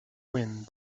wind